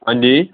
ਹਾਂਜੀ